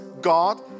God